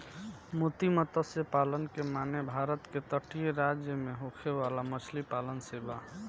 मोती मतस्य पालन के माने भारत के तटीय राज्य में होखे वाला मछली पालन से बा